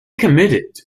committed